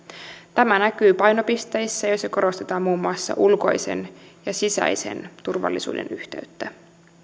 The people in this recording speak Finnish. tämä näkyy painopisteissä joissa korostetaan muun muassa ulkoisen ja sisäisen turvallisuuden yhteyttä